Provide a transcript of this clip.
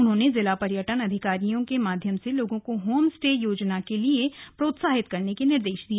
उन्होंने जिला पर्यटन अधिकारियों के माध्यम से लोगों को होम स्टे योजना के लिए प्रोत्साहित करने के निर्देश दिए